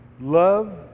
Love